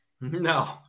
No